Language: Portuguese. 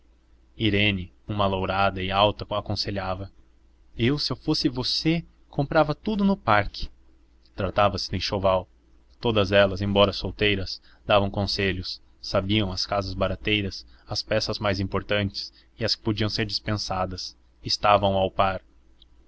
irene uma alourada e alta aconselhava eu se fosse você comprava tudo no parque tratava-se do enxoval todas elas embora solteiras davam conselhos sabiam as casas barateiras as peças mais importantes e as que podiam ser dispensadas estavam a par